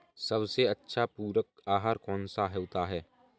सबसे अच्छा पूरक आहार कौन सा होता है?